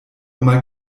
mal